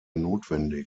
notwendig